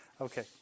Okay